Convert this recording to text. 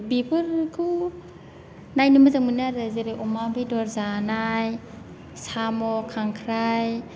बेफोरखौ नायनो मोजां मोनो आरो जेरै अमा बेदर जानाय साम' खांख्राय